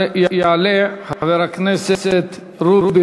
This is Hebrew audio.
יעלה חבר הכנסת רובי